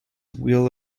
wheel